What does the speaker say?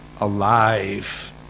alive